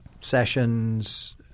sessions